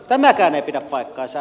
tämäkään ei pidä paikkaansa